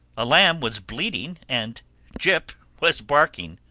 a lamb was bleating and jip was barking.